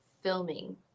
filming